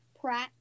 Pratt